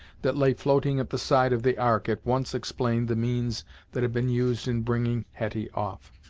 that lay floating at the side of the ark, at once explained the means that had been used in bringing hetty off.